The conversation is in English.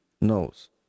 knows